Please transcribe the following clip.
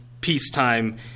peacetime